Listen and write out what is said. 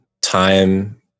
time